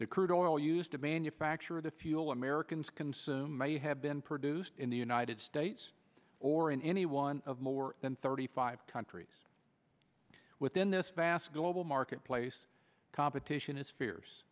he crude oil used to manufacture the fuel americans consume may have been produced in the united states or in any one of more than thirty five countries within this vast global marketplace competition